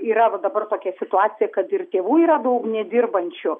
yra va dabar tokia situacija kad ir tėvų yra daug nedirbančių